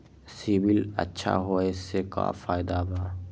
CIBIL अच्छा होऐ से का फायदा बा?